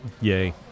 Yay